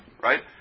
right